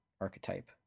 archetype